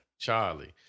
Charlie